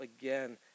again